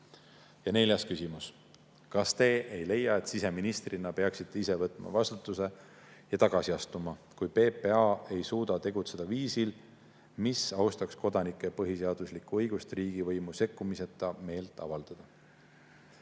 Ja neljas küsimus: "Kas Te ei leia, et siseministrina peaksite ise võtma vastutuse ja tagasi astuma, kui PPA ei suuda tegutseda viisil, mis austaks kodanike põhiseaduslikku õigust riigivõimu sekkumiseta meelt avaldada?"